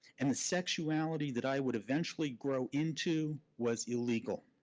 and the sexuality that i would eventually grow into was illegal.